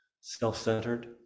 self-centered